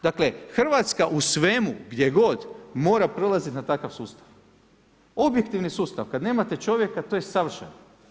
Dakle Hrvatska u svemu, gdje god, mora prelazit na takav sustav, objektivni sustav, kad nemate čovjeka to je savršeno.